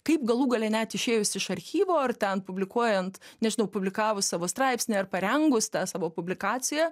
kaip galų gale net išėjus iš archyvo ar ten publikuojant nežinau publikavus savo straipsnį ar parengus tą savo publikaciją